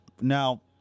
Now